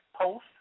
Post